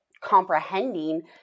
comprehending